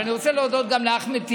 אבל אני רוצה להודות גם לאחמד טיבי.